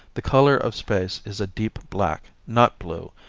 the color of space is a deep black, not blue,